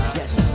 yes